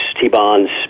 T-bonds